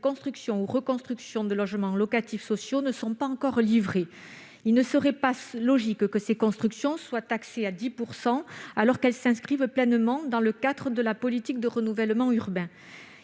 constructions ou reconstructions de logements locatifs sociaux ne sont pas encore livrées. Il ne serait pas logique que ces constructions soient taxées à 10 % alors qu'elles s'inscrivent pleinement dans le cadre de la politique de renouvellement urbain.